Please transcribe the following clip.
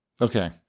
Okay